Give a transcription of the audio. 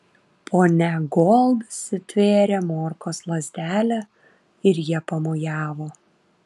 ponia gold stvėrė morkos lazdelę ir ja pamojavo